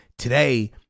Today